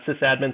sysadmins